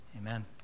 Amen